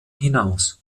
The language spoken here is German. hinaus